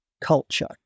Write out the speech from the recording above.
culture